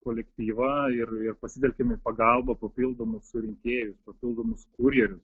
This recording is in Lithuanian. kolektyvą ir ir pasitelkiam į pagalbą papildomus surinkėjus papildomus kurjerius